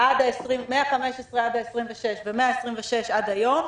עד מ-15 במרץ ועד ה-26 ומאז ועד היום,